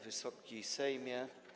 Wysoki Sejmie!